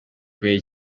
kubera